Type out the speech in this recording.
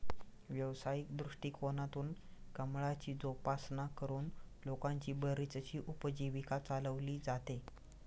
व्यावसायिक दृष्टिकोनातून कमळाची जोपासना करून लोकांची बरीचशी उपजीविका चालवली जाते